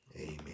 Amen